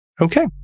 Okay